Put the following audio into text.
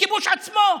הכיבוש עצמו,